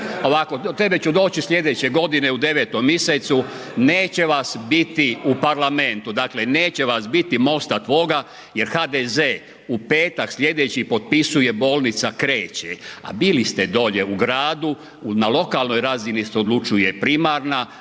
Ovako, do tebe ću doći slijedeće godine u 9. misecu, neće vas biti u parlamentu, dakle neće vas biti MOST-a tvoga jer HDZ u petak slijedeći potpisuje, bolnica kreće, a bili ste dolje u gradu na lokalnoj razini se odlučuje primarna,